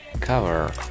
cover